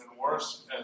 worse